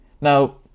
Now